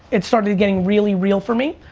it started getting really real for me.